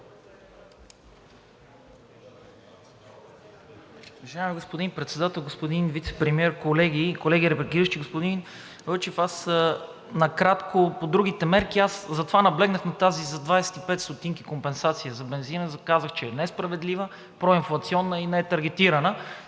Уважаеми господин Председател, господин Вицепремиер, колеги, колеги репликиращи! Господин Вълчев, аз накратко по другите мерки. Затова наблегнах на тази – за 25 стотинки компенсация за бензина, и казах, че е несправедлива, проинфлационна и нетаргетирана.